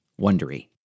wondery